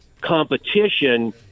competition